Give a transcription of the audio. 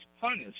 punished